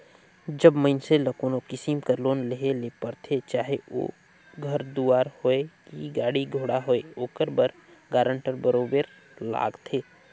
जब मइनसे ल कोनो किसिम कर लोन लेहे ले रहथे चाहे ओ घर दुवार होए कि गाड़ी घोड़ा होए ओकर बर गारंटर बरोबेर लागथे